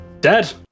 Dead